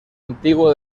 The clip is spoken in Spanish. antiguo